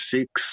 six